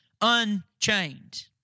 unchained